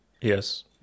Yes